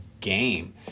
game